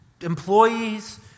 employees